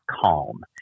calm